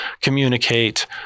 communicate